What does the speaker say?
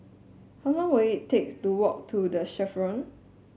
how long will it take to walk to The Chevrons